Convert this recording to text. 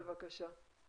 בבקשה.